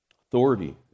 Authority